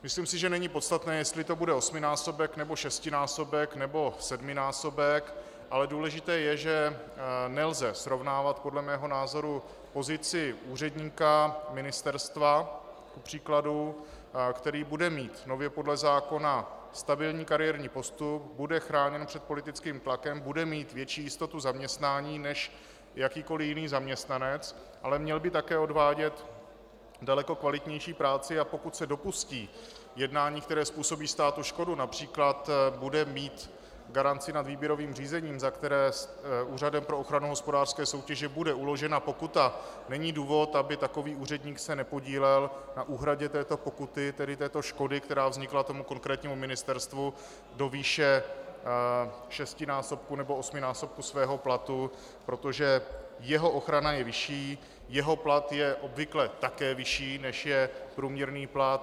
Myslím si, že není podstatné, jestli to bude osminásobek nebo šestinásobek nebo sedminásobek, ale důležité je, že nelze srovnávat podle mého názoru kupř. pozici úředníka ministerstva, který bude mít nově podle zákona stabilní kariérní postup, bude chráněn před politickým tlakem, bude mít větší jistotu zaměstnání než jakýkoli jiný zaměstnanec, ale měl by také odvádět daleko kvalitnější práci, a pokud se dopustí jednání, které způsobí státu škodu, např. bude mít garanci nad výběrovým řízením, za které Úřadem pro ochranu hospodářské soutěže bude uložena pokuta, není důvod, aby se takový úředník nepodílel na úhradě této pokuty, této škody, která vznikla tomu konkrétnímu ministerstvu, do výše šestinásobku nebo osminásobku svého platu, protože jeho ochrana je vyšší, jeho plat je obvykle také vyšší, než je průměrný plat.